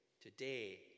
today